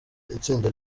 itsinda